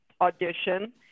audition